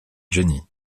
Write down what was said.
jenny